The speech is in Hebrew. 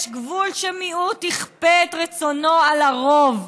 יש גבול שמיעוט יכפה את רצונו על הרוב.